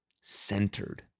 centered